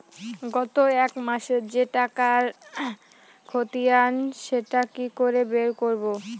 গত এক মাসের যে টাকার খতিয়ান সেটা কি করে বের করব?